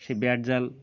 সে বেড় জাল